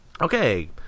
okay